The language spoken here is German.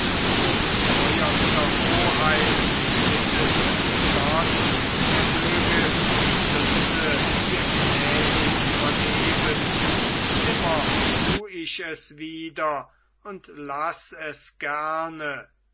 teuerster oheim bittet zu gott er möge die sünde mir gnädig vergeben nimmer tu ich es wieder und laß es gerne